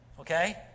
Okay